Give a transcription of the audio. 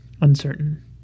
uncertain